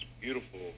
beautiful